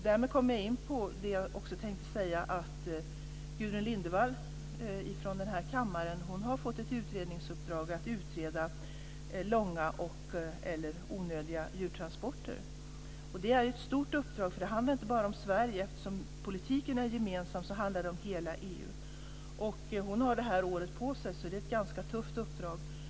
Därmed kommer jag in på det jag också tänkte säga, att Gudrun Lindvall från den här kammaren har fått i uppdrag att utreda långa eller onödiga djurtransporter. Det är ett stort uppdrag. Det handlar inte bara om Sverige. Eftersom politiken är gemensam handlar det om hela EU. Hon har det här året på sig, så det är ett ganska tufft uppdrag.